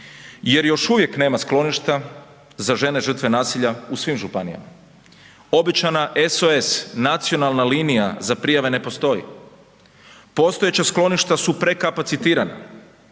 jer još uvijek nema skloništa za žene žrtve nasilja u svim županijama, obećana SOS nacionalna linija za prijave ne postoji, postojeća skloništa su prekapacitirana,